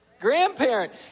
grandparent